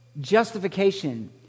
justification